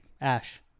ash